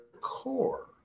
core